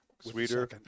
sweeter